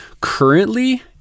currently